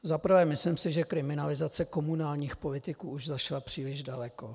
Za prvé si myslím, že kriminalizace komunálních politiků už zašla příliš daleko.